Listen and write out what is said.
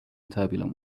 turbulent